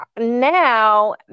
now